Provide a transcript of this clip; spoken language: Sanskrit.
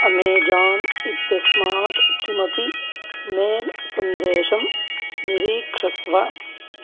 अमेजान् इत्यस्मात् किमपि मेल् सन्देशं निरीक्षस्व